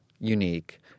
unique